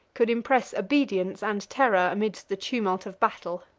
could impress obedience and terror amidst the tumult of battle.